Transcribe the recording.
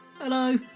Hello